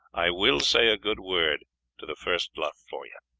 i will say a good word to the first luff for you.